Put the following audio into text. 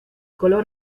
color